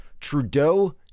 Trudeau